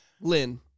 Lynn